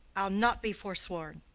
i'll not be forsworn.